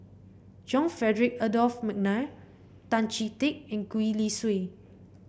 John Frederick Adolphus McNair Tan Chee Teck and Gwee Li Sui